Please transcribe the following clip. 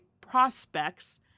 prospects